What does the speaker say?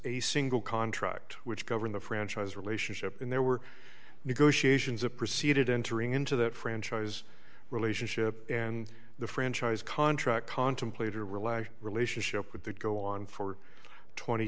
a single contract which govern the franchise relationship and there were negotiations a preceded entering into that franchise relationship and the franchise contract contemplated a relaxed relationship with that go on for twenty